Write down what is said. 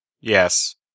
Yes